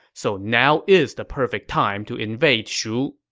so now is the perfect time to invade shu.